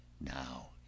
NOW